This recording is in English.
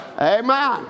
Amen